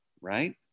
right